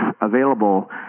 available